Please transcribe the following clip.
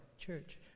church